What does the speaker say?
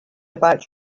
about